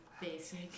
basic